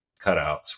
cutouts